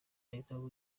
ahitwaga